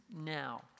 now